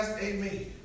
Amen